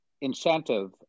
incentive